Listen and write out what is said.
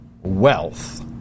wealth